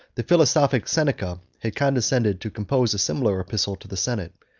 the philosophic seneca had condescended to compose a similar epistle to the senate,